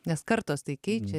nes kartos tai keičia